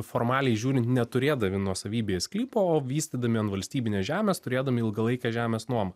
formaliai žiūrint neturėdami nuosavybėje sklypo o vystydami an valstybinės žemės turėdami ilgalaikę žemės nuomą